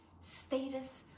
status